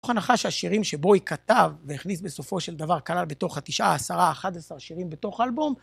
מתוך השירים שבואי כתב, והכניס בסופו של דבר כלל בתוך ה-9, 10, ה-11 שירים בתוך האלבום,